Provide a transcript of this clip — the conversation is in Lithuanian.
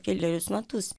kelerius metus